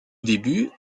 début